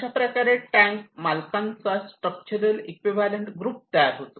अशाप्रकारे टँक मालकांचा structural equivalent group तयार होतो